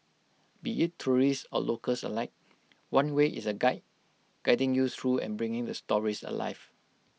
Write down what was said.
be IT tourists or locals alike one way is A guide guiding you through and bringing the stories alive